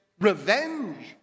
revenge